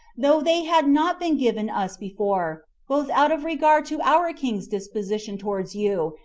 though they had not been given us before, both out of regard to our king's disposition towards you,